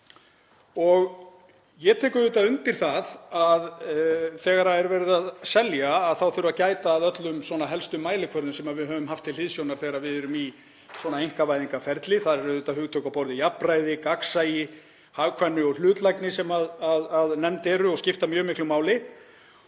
Ég tek auðvitað undir það að þegar verið er að selja þurfi að gæta að öllum helstu mælikvörðum sem við höfum haft til hliðsjónar þegar við erum í svona einkavæðingarferli. Það eru hugtök á borð við jafnræði, gagnsæi, hagkvæmni og hlutlægni sem nefnd eru og skipta mjög miklu máli.